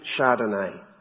Chardonnay